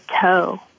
toe